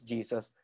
Jesus